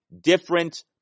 different